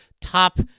top